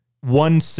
one